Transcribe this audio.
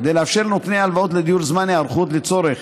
כדי לאפשר לנותני ההלוואות לדיור זמן היערכות לצורך